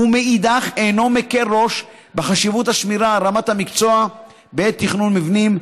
ומאידך אינו מקל ראש בחשיבות השמירה על רמת המקצוע בעת תכנון מבנים,